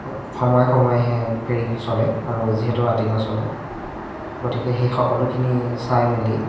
সময়ে সময়েহে ফেৰী চলে আৰু যিহেতু ৰাতি নচলে গতিকে সেই সকলোখিনি চাই মেলি